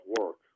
work